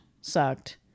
sucked